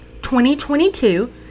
2022